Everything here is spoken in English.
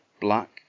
Black